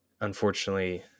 unfortunately